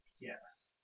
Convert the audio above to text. Yes